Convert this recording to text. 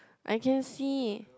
I can see